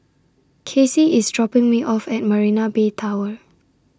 Kasey IS dropping Me off At Marina Bay Tower